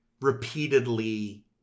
repeatedly